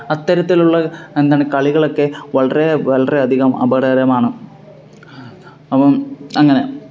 അതരത്തിലുള്ള എന്താണ് കളികളൊക്കെ വളരെ വളരെ അധികം അപകടകരമാണ് അപ്പം അങ്ങനെ